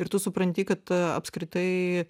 ir tu supranti kad apskritai